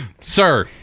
sir